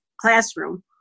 classroom